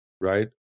right